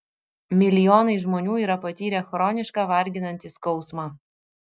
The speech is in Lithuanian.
milijonai žmonių yra patyrę chronišką varginantį skausmą